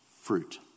fruit